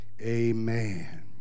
amen